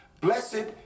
Blessed